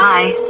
Bye